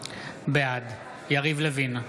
בעד יריב לוין,